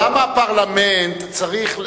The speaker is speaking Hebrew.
אבל למה הפרלמנט צריך,